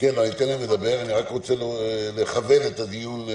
אני רק רוצה לכוון את הדיון.